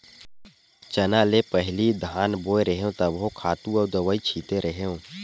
चना ले पहिली धान बोय रेहेव तभो खातू अउ दवई छिते रेहेव